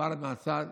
בל"ד מהצד.